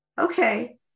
Okay